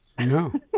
No